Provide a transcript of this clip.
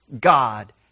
God